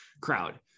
crowd